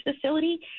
facility